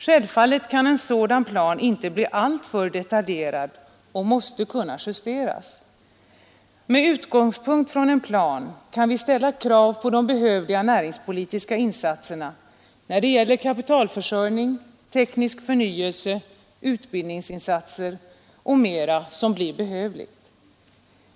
Självfallet kan en sådan plan inte bli alltför detaljerad och måste kunna justeras. Med utgångspunkt i en plan kan vi ställa krav på de behövliga näringspolitiska insatserna när det gäller kapitalförsörjning, teknisk förnyelse, utbildningsinsatser och mera som blir behövligt.